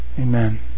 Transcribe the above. Amen